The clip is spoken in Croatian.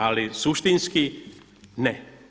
Ali suštinski ne.